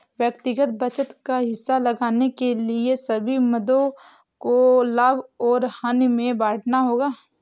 व्यक्तिगत बचत का हिसाब लगाने के लिए सभी मदों को लाभ और हानि में बांटना होगा